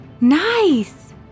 Nice